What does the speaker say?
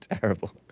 Terrible